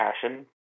passion